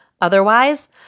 Otherwise